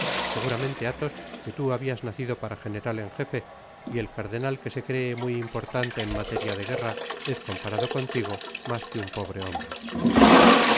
seguramente athos que tú habias nacido para general en jefe y el cardenal que se cree muy importante en materia de guerra es comparado contigo mas que un pobre hombre